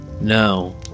No